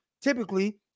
typically